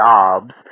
jobs